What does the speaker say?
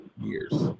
years